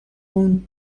اون